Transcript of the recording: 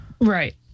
Right